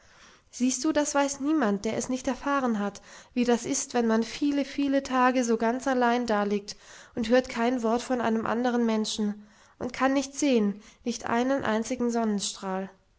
siehst du das weiß niemand der es nicht erfahren hat wie das ist wenn man viele viele tage so ganz allein daliegt und hört kein wort von einem andern menschen und kann nichts sehen nicht einen einzigen sonnenstrahl